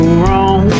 wrong